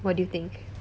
what do you think